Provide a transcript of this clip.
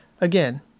again